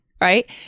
right